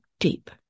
deep